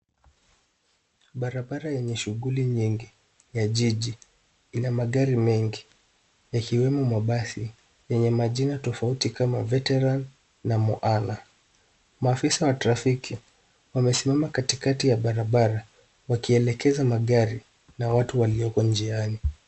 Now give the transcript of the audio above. Barabara yenye shughuli nyingi ya jiji ina magari mengi yakiwemo basi yenye majina tofauti kama veteran muala. Maafisa wa trafiki wamesimama katikati ya barabara wakielekeza magari na watu walioko njiani